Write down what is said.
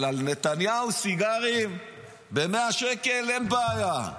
אבל על נתניהו, סיגרים במאה שקל, אין בעיה.